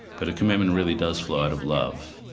but a commitment really does flow out of love.